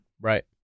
Right